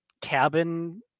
cabin